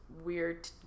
weird